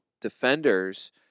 defenders